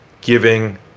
Giving